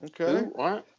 Okay